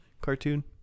cartoon